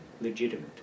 legitimate